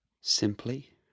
Simply